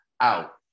out